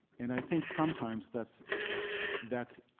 and i think sometimes that's that's